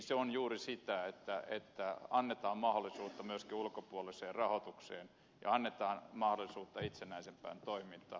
se on juuri sitä että annetaan mahdollisuutta myöskin ulkopuoliseen rahoitukseen ja annetaan mahdollisuutta itsenäisempään toimintaan